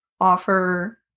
offer